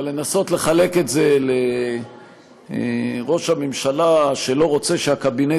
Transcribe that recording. אבל לנסות לחלק את זה לראש הממשלה שלא רוצה שהקבינט